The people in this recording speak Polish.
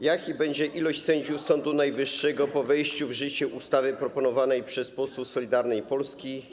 Jaka będzie ilość sędziów Sądu Najwyższego po wejściu w życie ustawy proponowanej przez posłów Solidarnej Polski?